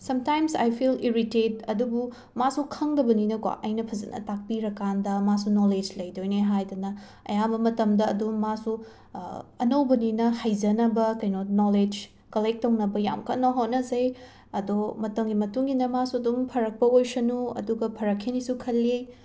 sometimes I feel irritate ꯑꯗꯨꯕꯨ ꯃꯥꯁꯨ ꯈꯪꯗꯕꯅꯤꯅ ꯀꯣ ꯑꯩꯅ ꯐꯖꯅ ꯇꯥꯛꯄꯤꯔꯀꯥꯟꯗꯥ ꯃꯥꯁꯨ ꯅꯣꯂꯦꯖ ꯂꯩꯗꯣꯏꯅꯦ ꯍꯥꯏꯗꯅ ꯑꯌꯥꯝꯕ ꯃꯇꯝꯗ ꯑꯗꯨꯝ ꯃꯥꯁꯨ ꯑꯅꯧꯕꯅꯤꯅ ꯍꯩꯖꯅꯕ ꯀꯩꯅꯣ ꯅꯣꯂꯦꯖ ꯀꯂꯦꯛ ꯇꯧꯅꯕ ꯌꯥꯝ ꯀꯟꯅ ꯍꯣꯠꯅꯖꯩ ꯑꯗꯣ ꯃꯇꯝꯒꯤ ꯃꯇꯨꯡ ꯏꯟꯅ ꯃꯥꯁꯨ ꯑꯗꯨꯝ ꯐꯔꯛꯄ ꯑꯣꯏꯁꯅꯨ ꯑꯗꯨꯒ ꯐꯔꯛꯈꯤꯅꯤꯁꯨ ꯈꯜꯂꯤ